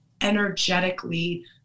energetically